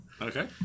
Okay